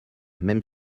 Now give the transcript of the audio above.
même